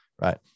right